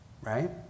right